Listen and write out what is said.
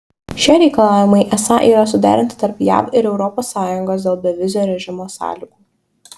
šie reikalavimai esą yra suderinti tarp jav ir europos sąjungos dėl bevizio režimo sąlygų